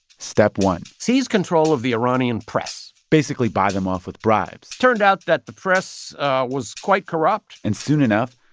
step one seize control of the iranian press basically, buy them off with bribes it turned out that the press was quite corrupt and soon enough,